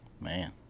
Man